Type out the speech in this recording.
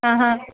ആഹാ